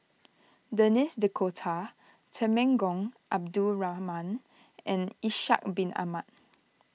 Denis D'Cotta Temenggong Abdul Rahman and Ishak Bin Ahmad